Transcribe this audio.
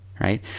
right